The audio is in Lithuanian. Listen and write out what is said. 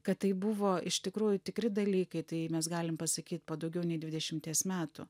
kad tai buvo iš tikrųjų tikri dalykai tai mes galim pasakyt po daugiau nei dvidešimties metų